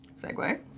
segue